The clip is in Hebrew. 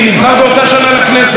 הם נבחרו באותה שנה.